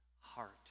heart